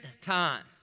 time